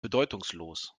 bedeutungslos